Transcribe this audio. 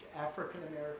African-American